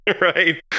right